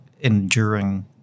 enduring